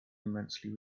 immensely